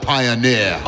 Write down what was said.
Pioneer